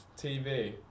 TV